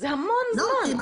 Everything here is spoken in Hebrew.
זה המון זמן.